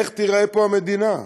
איך תיראה פה המדינה?